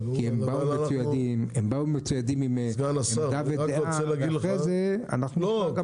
כי הם באו מצוידים עם עמדה ודעה ואחרי זה -- סגן השר,